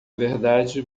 verdade